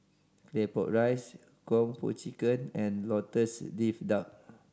Claypot Rice Kung Po Chicken and Lotus Leaf Duck